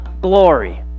glory